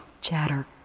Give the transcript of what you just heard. chatter